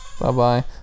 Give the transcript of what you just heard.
Bye-bye